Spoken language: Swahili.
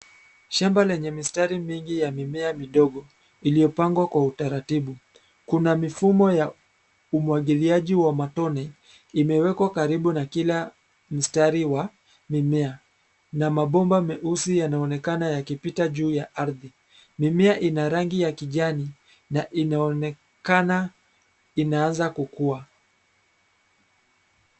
Shamba lenye mistari mingi ya mimea midogo iliyopangwa kwa utaratibu. Kuna mifumo ya umwagiliaji wa matone imewekwa karibu na kila mstari wa mimea na mabomba meusi yanaonekana yakipita juu ya ardhi. Mimea ina rangi ya kijani na inaonekana inaanza kukuwa.